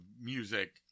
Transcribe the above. music